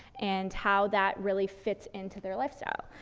and how that really fits in to their lifestyle.